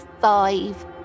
five